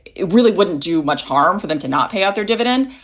it really wouldn't do much harm for them to not pay out their dividend.